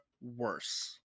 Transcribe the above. worse